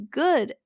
good